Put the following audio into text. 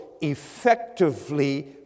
effectively